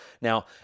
Now